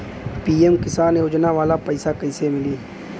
PM किसान योजना वाला पैसा कईसे मिली?